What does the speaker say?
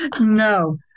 No